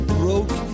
broke